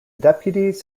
deputies